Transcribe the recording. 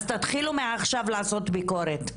אז תתחילו מעכשיו לעשות ביקורת,